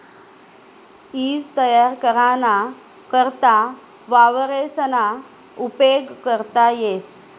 ईज तयार कराना करता वावरेसना उपेग करता येस